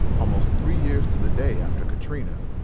almost three years to the day after katrina,